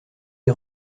est